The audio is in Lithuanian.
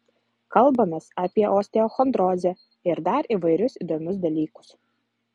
kalbamės apie osteochondrozę ir dar įvairius įdomius dalykus